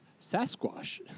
Sasquatch